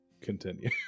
continue